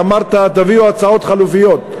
שאמרת: תביאו הצעות חלופיות.